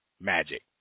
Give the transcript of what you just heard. Magic